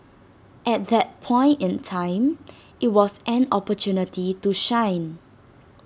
at that point in time IT was an opportunity to shine